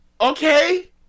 okay